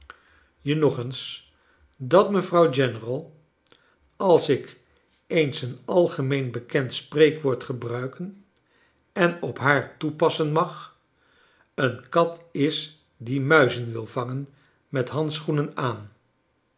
nog eens dat mevrouw general als ik eens een algemeen bekend spreekwoord gebruiken en op haar toepassen mag een kat is die muizen wil vangen met handschoenen aan